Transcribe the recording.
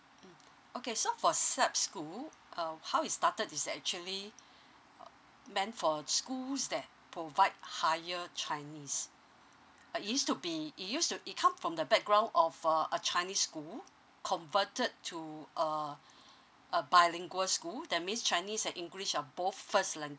mm okay so for such school uh how it started is actually meant for schools that provide higher chinese it used to be it used to it come from the background of uh a chinese school converted to uh a bilingual school that means chinese and english are both first language